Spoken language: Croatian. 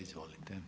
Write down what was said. Izvolite.